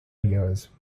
years